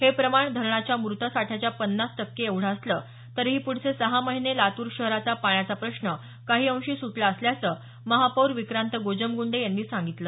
हे प्रमाण धरणाच्या मृत साठ्याच्या पन्नास टक्के एवढं असलं तरीही पुढचे सहा महिने लातूर शहराचा पाण्याचा प्रश्न काही अंशी सुटला असल्याचं महापौर विक्रांत गोजमगुंडे यांनी सांगितलं